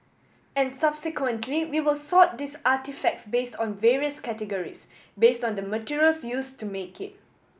and subsequently we will sort these artefacts based on various categories based on the materials used to make it